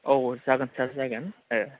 औ जागोन सार जागोन ओह